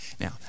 Now